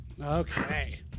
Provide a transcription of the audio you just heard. Okay